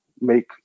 make